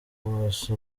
wose